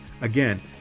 again